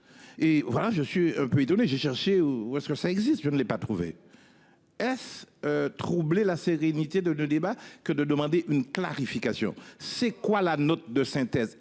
Et voilà je suis un peu étonné, j'ai cherché ou est-ce que ça existe. Je ne l'ai pas trouvé. S. troubler la sérénité de nos débats, que de demander une clarification. C'est quoi la note de synthèse,